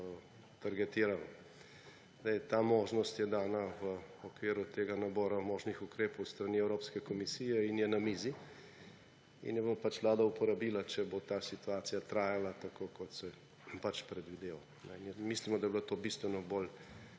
targetirano. Ta možnost je dana v okviru tega nabora možnih ukrepov s strani Evropske komisije in je na mizi in jo bo pač vlada uporabila, če bo ta situacija trajala tako, kot se pač predvideva. Mislimo, da bi bilo to bistveno bolj